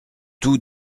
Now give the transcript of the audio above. tout